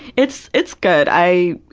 it's it's good. i,